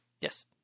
Yes